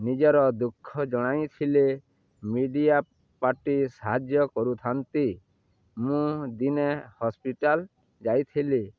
ନିଜର ଦୁଃଖ ଜଣାଇଥିଲେ ମିଡ଼ିଆ ପାର୍ଟି ସାହାଯ୍ୟ କରୁଥାନ୍ତି ମୁଁ ଦିନେ ହସ୍ପିଟାଲ ଯାଇଥିଲି